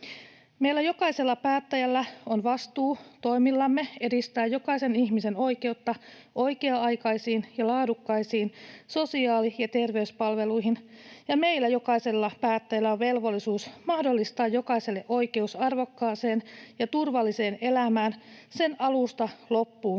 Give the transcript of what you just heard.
Meillä jokaisella päättäjällä on vastuu toimillamme edistää jokaisen ihmisen oikeutta oikea-aikaisiin ja laadukkaisiin sosiaali‑ ja terveyspalveluihin, ja meillä jokaisella päättäjällä on velvollisuus mahdollistaa jokaiselle oikeus arvokkaaseen ja turvalliseen elämään sen alusta loppuun